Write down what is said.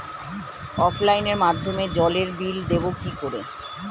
অফলাইনে মাধ্যমেই জলের বিল দেবো কি করে?